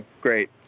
Great